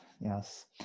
yes